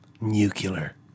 Nuclear